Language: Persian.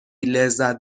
لذت